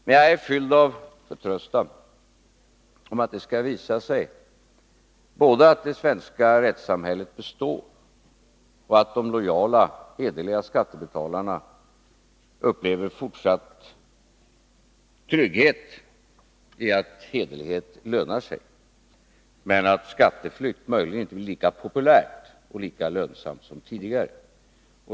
Man jag är fylld av förtröstan på att det skall visa sig både att det svenska rättssamhället består och att de lojala, hederliga skattebetalarna upplever fortsatt trygghet i medvetandet om att hederlighet lönar sig. Skatteflykt blir möjligen inte lika populär och lönsam som tidigare.